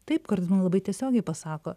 taip kartais mum labai tiesiogiai pasako